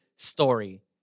story